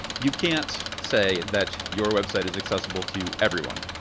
you can't say that your website is accessible to everyone.